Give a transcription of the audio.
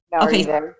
Okay